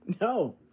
No